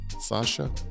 Sasha